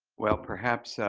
well, perhaps